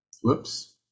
Whoops